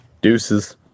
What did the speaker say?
Deuces